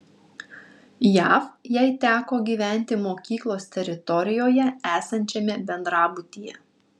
jav jai teko gyventi mokyklos teritorijoje esančiame bendrabutyje